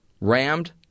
rammed